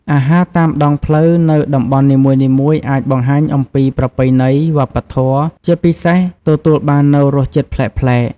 អាហារតាមដងផ្លូវនៅតំបន់នីមួយៗអាចបង្ហាញអំពីប្រពៃណី វប្បធម៌ ជាពិសេសទទួលបាននូវរសជាតិប្លែកៗ។